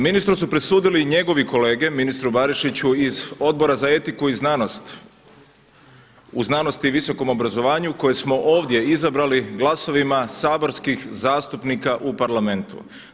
Ministru su presudili njegovi kolege, ministru Barišiću iz Odbora za etiku u znanosti i visokom obrazovanju koje smo ovdje izabrali glasovima saborskih zastupnika u Parlamentu.